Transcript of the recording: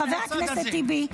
חבר הכנסת טיבי,